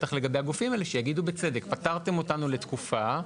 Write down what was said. בטח לגבי הגופים האלה שיגידו בצדק: פטרתם אותנו לתקופה,